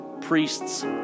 priests